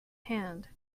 hand